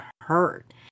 hurt